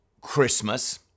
Christmas